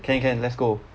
can can let's go